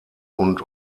und